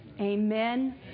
Amen